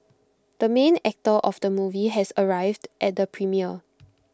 the main actor of the movie has arrived at the premiere